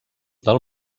del